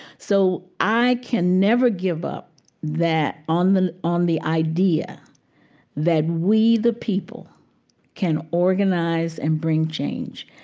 so i can never give up that, on the on the idea that we the people can organize and bring change.